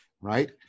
Right